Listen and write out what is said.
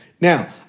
Now